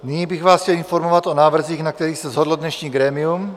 Nyní bych vás chtěl informovat o návrzích, na kterých se shodlo dnešní grémium.